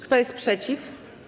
Kto jest przeciw?